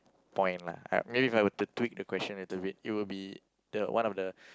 point lah maybe if I were to tweak the question a little bit it would be the one of the